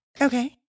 Okay